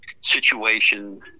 situation